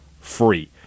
free